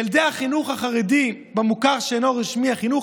ילד בחינוך החרדי במוכר שאינו רשמי בחינוך